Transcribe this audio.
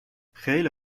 خیلی